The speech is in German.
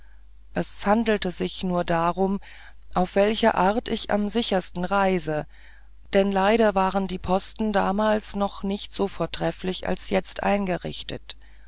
es handelte sich nur darum auf welche art ich am sichersten reise denn leider waren die posten damals noch nicht so vortrefflich als jetzt eingerichtet